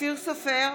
אופיר סופר,